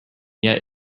yet